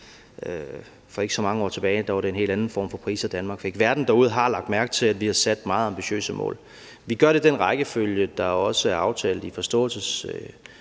For ikke så mange år tilbage var det en helt anden form for priser, Danmark fik. Verden derude har lagt mærke til, at vi har sat meget ambitiøse mål. Vi gør det i den rækkefølge, der også er aftalt i forståelsespapiret.